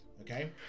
Okay